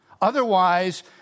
Otherwise